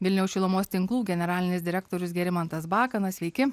vilniaus šilumos tinklų generalinis direktorius gerimantas bakanas sveiki